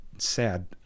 Sad